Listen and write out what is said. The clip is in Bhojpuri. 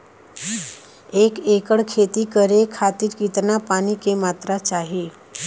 एक एकड़ खेती करे खातिर कितना पानी के मात्रा चाही?